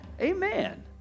amen